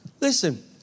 Listen